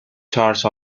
charge